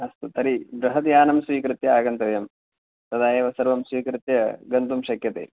अस्तु तर्हि बृहद्यानं स्वीकृत्य आगन्तव्यं तदा एव सर्वं स्वीकृत्य गन्तुं शक्यते